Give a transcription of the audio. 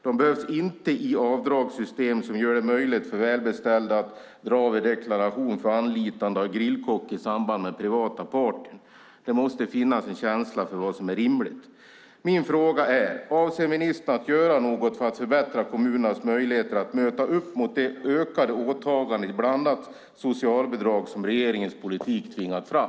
De behövs inte i avdragssystem som gör det möjligt för välbeställda att göra avdrag i deklarationen för anlitande av grillkock i samband med privata partyn. Det måste finnas en känsla för vad som är rimligt. Min fråga är: Avser ministern att göra något för att förbättra kommunernas möjligheter att svara upp mot de ökade åtaganden i fråga om bland annat socialbidrag som regeringens politik tvingat fram?